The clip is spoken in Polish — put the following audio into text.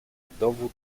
dowód